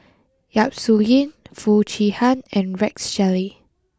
Yap Su Yin Foo Chee Han and Rex Shelley